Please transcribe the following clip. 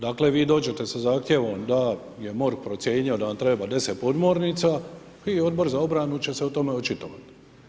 Dakle vi dođete sa zahtjevom da je MORH procijenio da vam treba 10 podmornica i Odbor za obranu će se o tome očitovati.